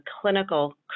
clinical